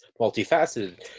multifaceted